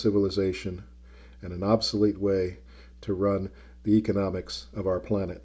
civilization and an obsolete way to run the economics of our pla